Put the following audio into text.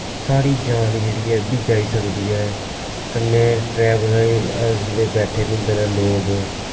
साढ़ी जान जेह्ड़ी ऐ एह् बी जाई सकदी ऐ कन्नै ट्रैवल जेह्ड़े बैठे दे होंदे न लोग